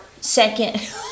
second